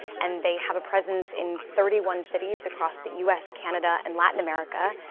and they have a presence in thirty one cities across the u s, canada, and latin america.